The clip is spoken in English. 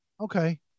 Okay